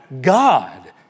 God